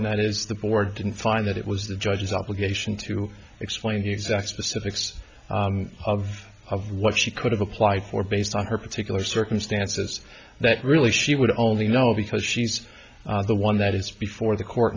and that is the board didn't find that it was the judge's obligation to explain the exact specifics of what she could have applied for based on her particular circumstances that really she would only know because she's the one that is before the court